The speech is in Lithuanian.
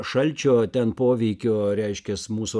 šalčio ten poveikio reiškias mūsų